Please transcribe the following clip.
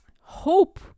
hope